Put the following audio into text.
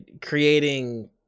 creating